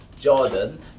Jordan